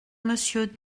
monsieur